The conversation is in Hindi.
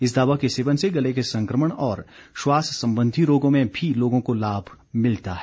इस दवा के सेवन से गले के संक्रमण और श्वास संबंधी रोगों में भी लोगों को लाभ मिलता है